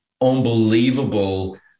unbelievable